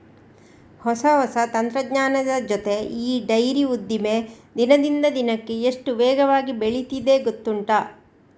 ಹೊಸ ಹೊಸ ತಂತ್ರಜ್ಞಾನದ ಜೊತೆ ಈ ಡೈರಿ ಉದ್ದಿಮೆ ದಿನದಿಂದ ದಿನಕ್ಕೆ ಎಷ್ಟು ವೇಗವಾಗಿ ಬೆಳೀತಿದೆ ಗೊತ್ತುಂಟಾ